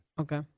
Okay